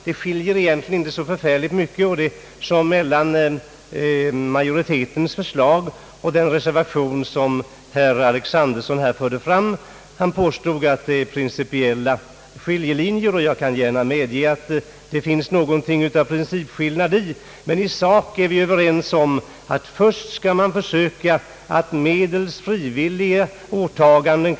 Det skiljer egentligen inte så förfärligt mycket mellan majoritetens förslag och den reservation som herr Alexanderson här förde fram. Han påstår att det finns principiella skiljelinjer. Jag kan gärna medge att det finns något av principskillnad, men i sak är vi överens om att man först skall försöka att klara problemet medelst frivilliga åtaganden.